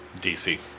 DC